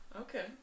Okay